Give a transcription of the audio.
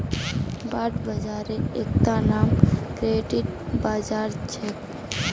bond बाजारेर एकता नाम क्रेडिट बाजार छेक